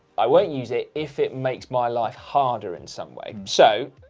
i won't use it, if it makes my life harder in some way. so,